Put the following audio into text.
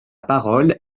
parole